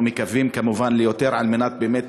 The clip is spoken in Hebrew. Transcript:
אנחנו מקווים כמובן ליותר, על מנת באמת,